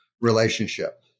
relationship